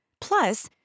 Plus